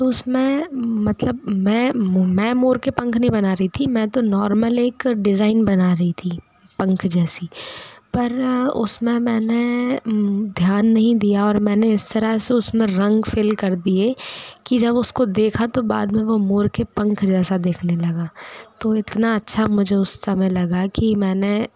तो उसमे मतलब मैं मैं मोर के पंख नहीं बना रही थी मैं तो नॉर्मल एक डिज़ाइन बना रही थी पंख जैसी पर उसमें मैंने ध्यान नहीं दिया और मैं इस तरह से उसमें रंग फील कर दिए कि जब उसको देखा तो बाद में वह मोर के पंख जैसा दिखने लगा तो इतना अच्छा मुझे उसे समय लगा कि मैंने